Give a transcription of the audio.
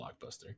Blockbuster